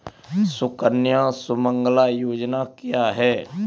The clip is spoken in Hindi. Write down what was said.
सुकन्या सुमंगला योजना क्या है?